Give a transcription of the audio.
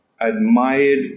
admired